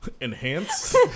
Enhance